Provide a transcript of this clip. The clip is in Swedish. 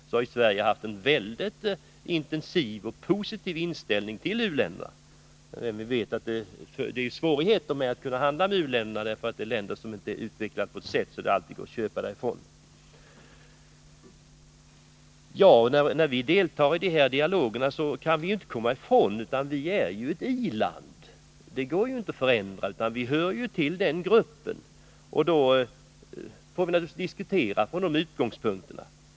Där har Sverige visat en mycket positiv inställning till u-länderna, även om det, som vi vet, är svårt att handla med u-länderna eftersom de är utvecklade på ett sådant sätt att det inte alltid går att köpa därifrån. När vi deltar i dialogerna kan vi inte komma ifrån att vi är ett i-land. Då får vi diskutera från de utgångspunkterna.